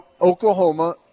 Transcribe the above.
Oklahoma